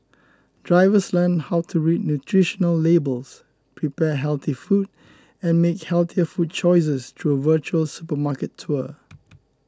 drivers learn how to read nutritional labels prepare healthy food and make healthier food choices through a virtual supermarket tour